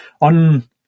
on